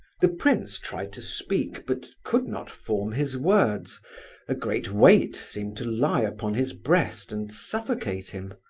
the prince tried to speak, but could not form his words a great weight seemed to lie upon his breast and suffocate him.